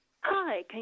Hi